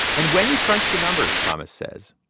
and when you crunch the numbers, thomas says,